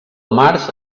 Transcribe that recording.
març